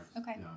Okay